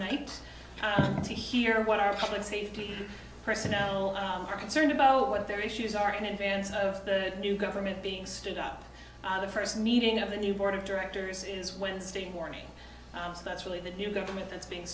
night to hear what our public safety personnel are concerned about what their issues are in advance of the new government being stood up the first meeting of the new board of directors is wednesday morning so that's really the new government that's being